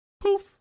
Poof